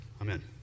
Amen